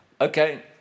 Okay